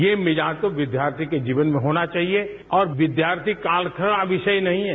ये मिजाज तो विद्यार्थी के जीवन में होना चाहिए और विद्यार्थी काल का विषय नहीं है